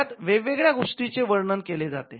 यात वेगवेगळ्या गोष्टीचे वर्णन केले जाते